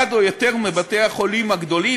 אחד או יותר מבתי-החולים הגדולים,